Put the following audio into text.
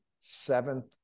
seventh